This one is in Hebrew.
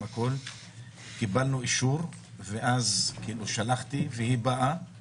קיבלנו אישור והיא באה